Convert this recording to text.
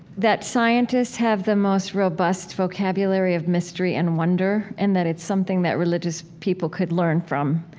that scientists have the most robust vocabulary of mystery and wonder, and that it's something that religious people could learn from.